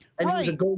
Right